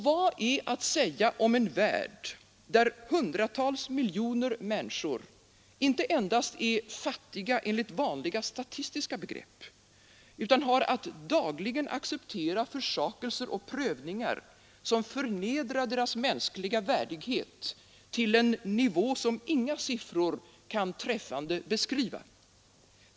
Vad är nu att säga om en värld, där hundratals miljoner människor inte endast är fattiga enligt vanliga statistiska begrepp utan har att dagligen acceptera försakelser och prövningar som förnedrar deras mänskliga värdighet till en nivå som inga siffror kan träffande beskriva?